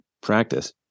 practice